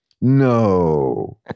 No